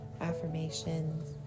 affirmations